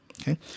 okay